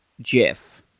Jeff